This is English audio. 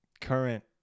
current